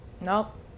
Nope